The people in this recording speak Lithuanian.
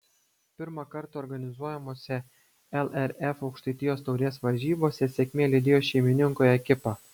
pirmą kartą organizuojamose lrf aukštaitijos taurės varžybose sėkmė lydėjo šeimininkų ekipą